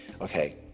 Okay